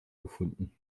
gefunden